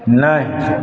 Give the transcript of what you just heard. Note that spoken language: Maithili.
नहि